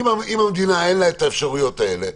אם למדינה אין את האפשרויות האלה.